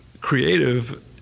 creative